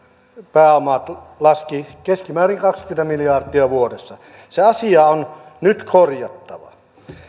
pääoma laski keskimäärin kaksikymmentä miljardia vuodessa se asia on nyt korjattava